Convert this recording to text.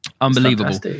unbelievable